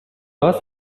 گاز